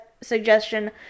suggestion